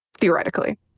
theoretically